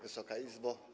Wysoka Izbo!